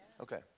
Okay